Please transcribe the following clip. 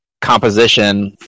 composition